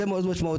זה מאוד משמעותי.